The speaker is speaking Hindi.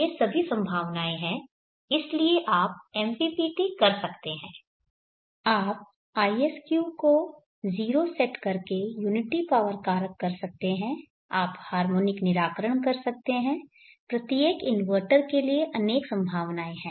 ये सभी संभावनाएं है इसलिए आप MPPT कर सकते हैं आप isq को 0 सेट करके यूनिटी पावर कारक कर सकते हैं आप हार्मोनिक निराकरण कर सकते हैं प्रत्येक इन्वर्टर के लिए अनेक संभावनाएं हैं